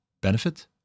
benefit